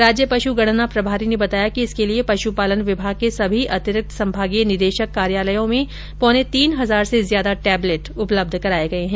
राज्य पशु गणना प्रभारी ने बताया कि इसके लिये पशुपालन विभाग के सभी अतिरिक्त संभागीय निदेशक कार्यालयों में पौने तीन हजार से ज्यादा टेबलेट उपलब्ध कराये गये हैं